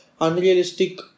unrealistic